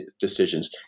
decisions